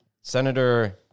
Senator